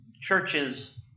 churches